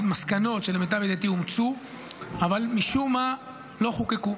המסקנות אומצו אבל משום מה לא חוקקו,